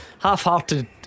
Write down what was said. Half-hearted